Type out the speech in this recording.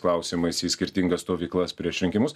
klausimais į skirtingas stovyklas prieš rinkimus